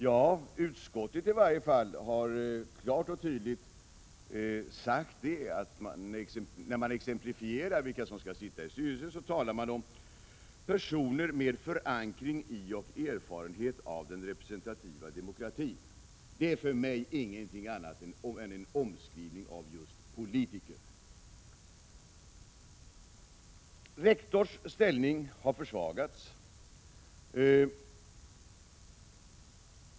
Ja, i utskottet har man i varje fall klart och tydligt, när man exemplifierat vilka som skall sitta i styrelsen, talat om personer med förankring i och erfarenhet av den representativa demokratin. För mig är det ingenting annat än en omskrivning av just ordet politiker. Rektors ställning har försvagats.